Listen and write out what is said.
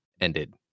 ended